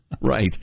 Right